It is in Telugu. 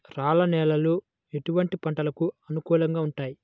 రాళ్ల నేలలు ఎటువంటి పంటలకు అనుకూలంగా ఉంటాయి?